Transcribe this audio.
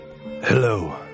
Hello